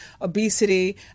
obesity